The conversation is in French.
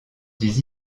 des